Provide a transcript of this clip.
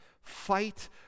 Fight